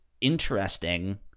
interesting